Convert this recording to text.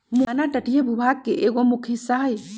मुहाना तटीय भूभाग के एगो मुख्य हिस्सा हई